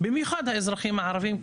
במיוחד האזרחים הערבים,